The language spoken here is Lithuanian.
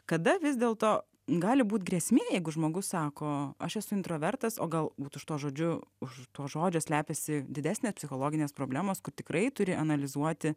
kada vis dėlto gali būt grėsmė jeigu žmogus sako aš esu introvertas o galbūt šituo žodžiu už to žodžio slepiasi didesnės psichologinės problemos kur tikrai turi analizuoti